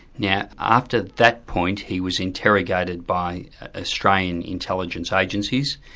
now after that point he was interrogated by australian intelligence agencies,